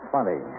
Funny